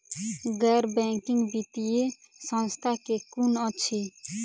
गैर बैंकिंग वित्तीय संस्था केँ कुन अछि?